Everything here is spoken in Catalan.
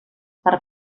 per